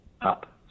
up